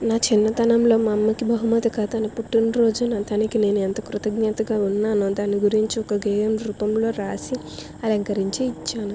నా చిన్నతనంలో మా అమ్మకి బహుమతిగా తన పుట్టినరోజున తనకి నేను ఎంత కృతజ్ఞతగా ఉన్నానో దాని గురించి ఒక గేయం రూపంలో రాసి అలంకరించి ఇచ్చాను